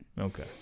okay